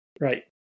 Right